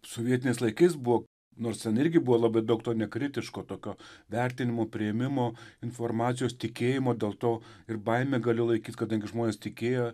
sovietiniais laikais buvo nors ten irgi buvo labai daug to nekritiško tokio vertinimo priėmimo informacijos tikėjimo dėl to ir baimė gali laikyti kadangi žmonės tikėjo